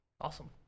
Awesome